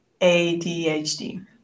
ADHD